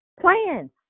Plans